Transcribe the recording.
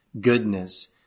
goodness